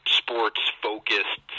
sports-focused